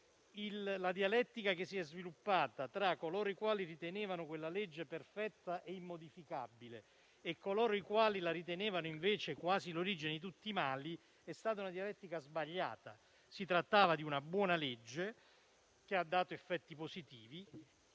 la dialettica che si è sviluppata tra coloro i quali ritenevano quella legge perfetta e immodificabile e coloro i quali la ritenevano, invece, quasi l'origine di tutti i mali è stata sbagliata: si trattava di una buona legge, che ha dato effetti positivi,